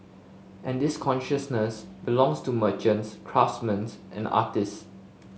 and this consciousness belongs to merchants craftsman and artist